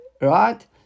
right